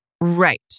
Right